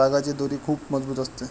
तागाची दोरी खूप मजबूत असते